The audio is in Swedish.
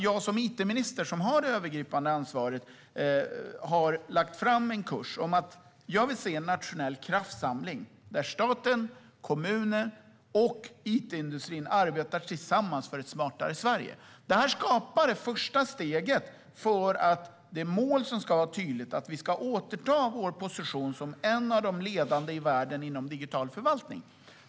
Jag som it-minister har det övergripande ansvaret och har lagt ut kursen. Jag vill se en nationell kraftsamling där staten, kommuner och it-industrin arbetar tillsammans för ett smartare Sverige. Härigenom tas det första steget mot ett tydligt mål: Vi ska återta vår position som ett av de ledande länderna i världen inom digital förvaltning.